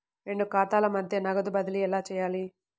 రెండు ఖాతాల మధ్య నగదు బదిలీ ఎలా చేయాలి?